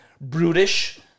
brutish